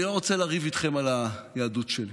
אני לא רוצה לריב איתכם על היהדות שלי,